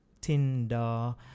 Tinder